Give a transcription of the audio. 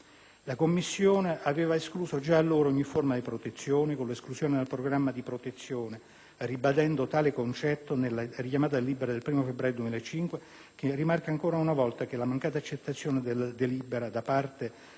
La commissione aveva escluso già da allora ogni forma di protezione con l'esclusione dal programma di protezione, ribadendo tale concetto nella richiamata delibera dell'1 febbraio 2005, che rimarca ancora una volta che, alla mancata accettazione della delibera del